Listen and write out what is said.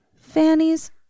fanny's